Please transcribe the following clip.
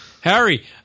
Harry